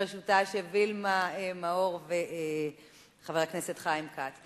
בראשות וילמה מאור וחבר הכנסת חיים כץ.